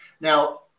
Now